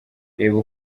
reba